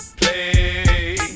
play